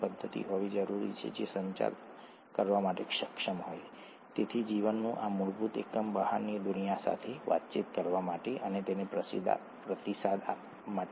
એવું બને છે કે ડીએનએમાં તમારી પાસે એકમાત્ર સીટીએજી છે ગટ્ટાકાને ફિલ્મ યાદ છે